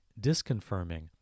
disconfirming